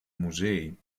musei